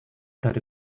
dari